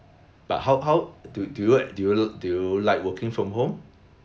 but how how do do you do you do you like working from home